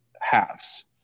halves